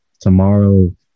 tomorrow